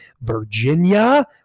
virginia